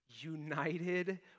united